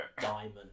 Diamond